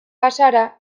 bazara